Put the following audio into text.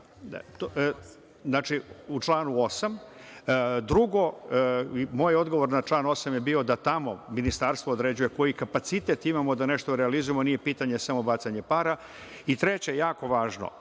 znači u članu 8.Drugo, moj odgovor na član 8. je bio da tamo ministarstvo određuje koji kapacitet imamo da nešto realizujemo, nije pitanje samo bacanje para.I treće, jako važno,